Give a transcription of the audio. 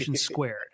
squared